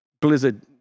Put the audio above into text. Blizzard